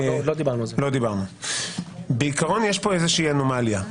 בעיקרון יש פה אנומליה.